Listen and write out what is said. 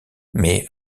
may